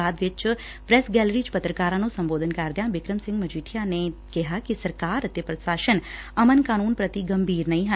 ਬਾਅਦ ਵਿਚ press gallery ਚ ਪੱਤਰਕਾਰਾਂ ਨੂੰ ਸੰਬੋਧਨ ਕਰਦਿਆਂ ਬਿਕਰਮ ਸਿੰਘ ਮਜੀਠੀਆ ਨੇ ਕਿਹਾ ਕਿ ਸਰਕਾਰ ਅਤੇ ਪ੍ਰਸ਼ਾਸਨ ਅਮਨ ਕਾਠੂੰਨ ਪ੍ਰਤੀ ਗੰਭੀਰ ਨਹੀਂ ਐ